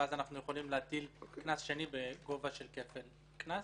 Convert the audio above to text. ואנחנו יכולים להטיל קנס שני בגובה של כפל קנס.